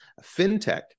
fintech